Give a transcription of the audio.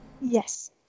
Yes